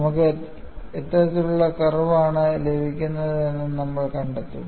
നമുക്ക് എത്തരത്തിലുള്ള കർവ് ആണ് ലഭിക്കുന്നത് നമ്മൾ കണ്ടെത്തും